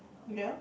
yup